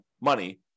money